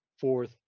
Fourth